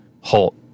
halt